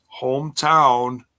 hometown